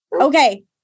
Okay